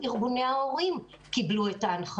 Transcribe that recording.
ארגוני ההורים קיבלו אותן.